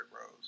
Rose